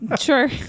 Sure